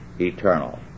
eternal